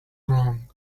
wrong